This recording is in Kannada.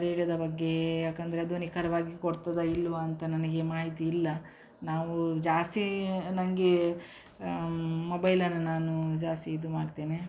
ರೇಡಿಯೋದ ಬಗ್ಗೆ ಯಾಕಂದರೆ ಅದು ನಿಖರವಾಗಿ ಕೊಡ್ತದಾ ಇಲ್ವಾ ಅಂತ ನನಗೆ ಮಾಹಿತಿ ಇಲ್ಲ ನಾವು ಜಾಸ್ತಿ ನನಗೆ ಮೊಬೈಲನ್ನು ನಾನು ಜಾಸ್ತಿ ಇದು ಮಾಡ್ತೇನೆ